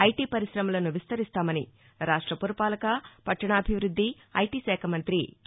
ణటీ వర్శిశమలను విస్తరిస్తామని రాష్ట పురపాలక వట్టణాభివృద్ది ఐటీ శాఖ మంతి కె